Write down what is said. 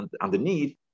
underneath